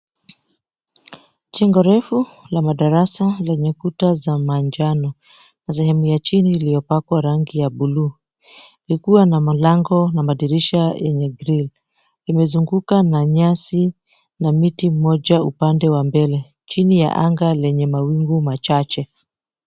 Jengo refu la madarasa lenye kuta za manjano na sehemu ya chini iliyopakwa rangi ya buluu iliyokuwa na mlango na madirisha yenye grill imezungukwa na nyasi na miti mmoja upande wa mbele. Chini ya anga lenye mawingu machache.